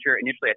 Initially